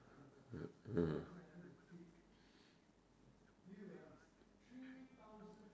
ah